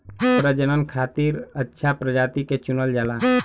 प्रजनन खातिर अच्छा प्रजाति के चुनल जाला